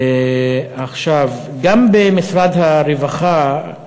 גם במשרד הרווחה,